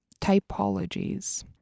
typologies